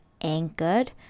anchored